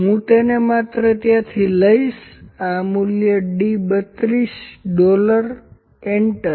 હું તેને માત્ર ત્યાંથી લઈશ આ મૂલ્ય D32 ડોલર એન્ટર